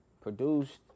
produced